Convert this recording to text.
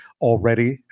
already